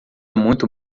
muito